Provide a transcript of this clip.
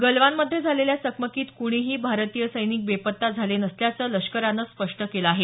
गलवानमधे झालेल्या चकमकीत कुणीही भारतीय सैनिक बेपत्ता झाले नसल्याचं लष्करानं स्पष्ट केलं आहे